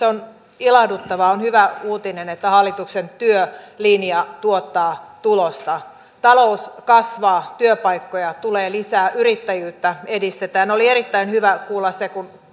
on ilahduttavaa on hyvä uutinen että hallituksen työlinja tuottaa tulosta talous kasvaa työpaikkoja tulee lisää yrittäjyyttä edistetään oli erittäin hyvä kuulla se kun